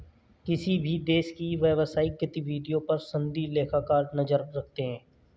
किसी भी देश की व्यवसायिक गतिविधियों पर सनदी लेखाकार नजर रखते हैं